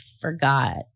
forgot